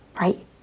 right